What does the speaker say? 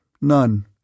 None